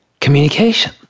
communication